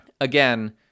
again